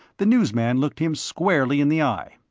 the news man looked him squarely in the eye.